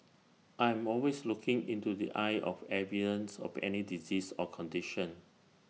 I am always looking into the eye of evidence of any disease or condition